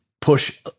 push